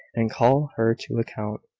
and call her to account,